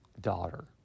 daughter